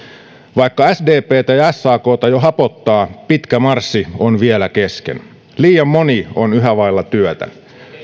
vaikka sdptä ja sakta jo hapottaa pitkä marssi on vielä kesken liian moni on yhä vailla työtä